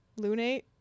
Lunate